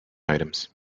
items